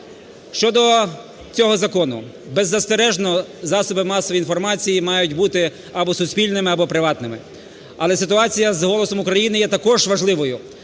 Щодо цього закону. Беззастережно, засоби масової інформації мають бути або суспільними, або приватними. Але ситуація з "Голосом України" є також важливою,